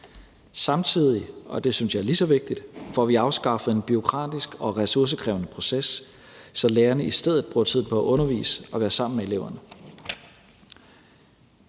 vigtigt – får vi afskaffet en bureaukratisk og ressourcekrævende proces, så lærerne i stedet bruger tid på at undervise og være sammen med eleverne.